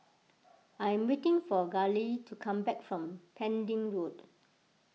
I am waiting for Gale to come back from Pending Road